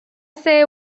say